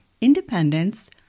independence